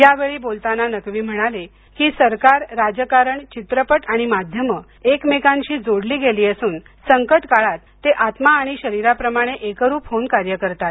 या वेळी बोलताना नक्वी म्हणाले की सरकार राजकारण चित्रपट आणि माध्यम एकमेकांशी जोडली गेली असून संकट काळात ते आत्मा आणि शरीराप्रमाणे एकरूप होऊन कार्य करतात